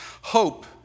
Hope